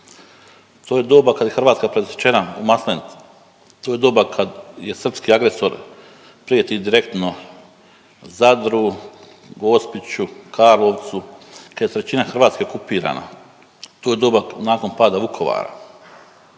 to je doba kad je Hrvatska presječena u Maslenici, to je doba kad je srpski agresor prijeti direktno Zadru, Gospiću, Karlovcu, kad je trećina Hrvatske okupirana. To je doba nakon pada Vukovara.